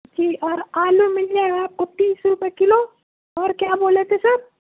جی اور آلو مل جائے گا آپ کو تیس روپئے کلو اور کیا بولے تھے سر